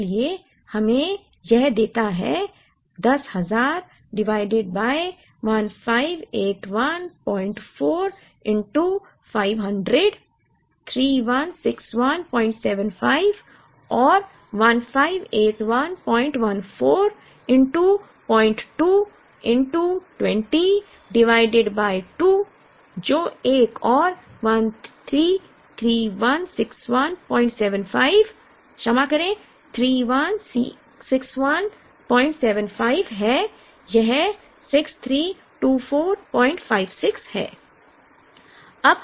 इसलिए यह हमें देता है 10000 डिवाइडेड बाय 15814 500 316175 और 158114 पॉइंट 2 20 डिवाइडेड बाय 2 जो एक और 316175 हैयह 632456 है